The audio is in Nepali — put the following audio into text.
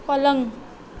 पलङ